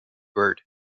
bird